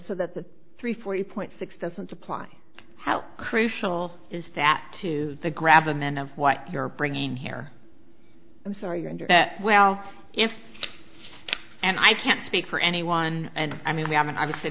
so that the three forty point six doesn't apply how crucial is that to the grab and then of what you're bringing here i'm sorry your internet well if and i can't speak for anyone and i mean we haven't obviously